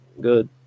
good